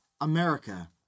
America